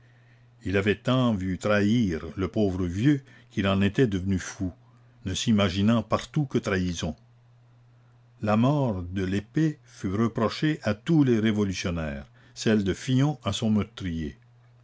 il avait tant vu trahir le pauvre vieux qu'il en était devenu fou ne s'imaginant partout que trahisons la mort de lespée fut reprochée à tous les révolutionnaires celle de fillon à son meurtrier